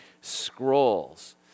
scrolls